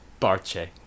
Barche